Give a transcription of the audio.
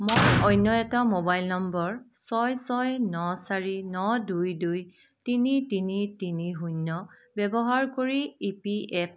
মই অন্য এটা মোবাইল নম্বৰ ছয় ছয় ন চাৰি ন দুই দুই তিনি তিনি তিনি শূন্য ব্যৱহাৰ কৰি ই পি এফ